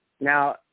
Now